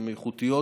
הן איכותיות.